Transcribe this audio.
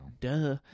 duh